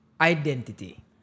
identity